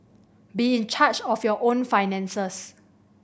be in charge of your own finances